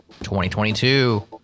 2022